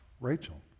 Rachel